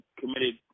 committed